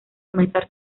comenzar